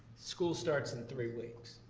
school starts in three weeks.